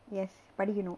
yes படிகனும்:padikanum